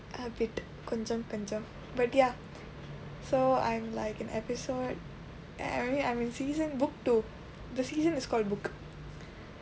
a bit கொஞ்சம் கொஞ்சம்:konjsam konjsam but ya so I'm like an episode I mean I'm in season book two the season is called book